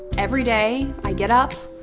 every day i get up,